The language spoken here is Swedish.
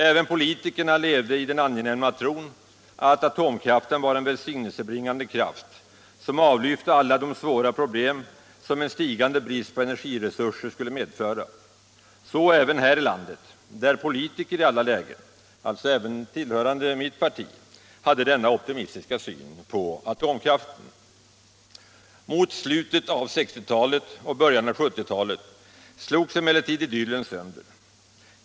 Även politikerna levde i den angenäma tron att atomkraften var en välsignelsebringande kraft, som avlyfte alla de svåra problem som en stigande brist på energiresurser skulle medföra. Så även här i landet, där politiker i alla lägen — alltså även tillhörande mitt parti —- hade denna optimistiska syn på atomkraften. Mot slutet av 1960-talet och i början av 1970-talet slogs emellertid idyllen sönder.